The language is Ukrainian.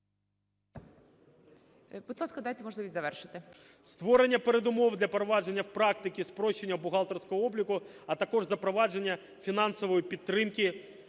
створення передумов для впровадження практики спрощення бухгалтерського обліку, а також запровадження фінансової підтримки